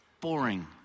boring